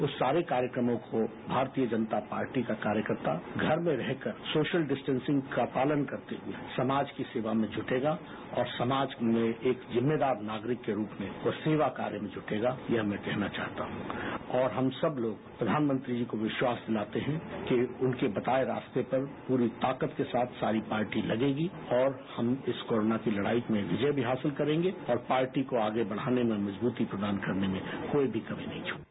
उन सारे कार्यक्रमों को भारतीय जनता पार्टी का कार्यकर्ता घर में रह कर सोशल डिसटेंसिंग का पालन करते हुए समाज की सेवा में जुटेगा और समाज में एक जिम्मेदार नागरिक के रूप में वो सेवा कार्य में जुटेगा यह मैं कहना चाहता हूं और हम सब लोग प्रधानमंत्री जी को विश्वास दिलाते हैं कि उनके बताये रास्ते पर पूरी ताकत के साथ सारी पार्टी लगेगी और हम इस कोरोना की लड़ाई में विजय भी हासिल करेंगे और पार्टी को आगे बढ़ाने में मजबूती प्रदान करने में कोई भी कमी नहीं छोड़ेंगे